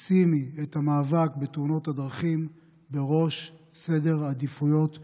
שימי את המאבק בתאונות הדרכים בראש סדר העדיפויות שלך,